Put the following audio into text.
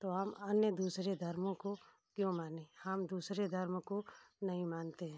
तो हम अन्य दूसरे धर्मों को क्यों माने दूसरे धर्म को नहीं मानते